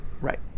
Right